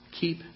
keep